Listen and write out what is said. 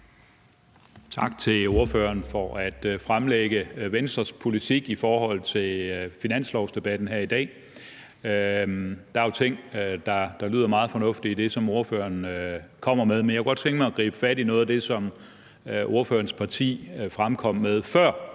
Tak til ordføreren for at fremlægge Venstres politik i forhold til finanslovsdebatten her i dag, og der er jo nogle ting, der lyder meget fornuftige, i det, som ordføreren kommer med. Men jeg kunne godt tænke mig at gribe fat i noget af det, som ordførerens parti fremkom med før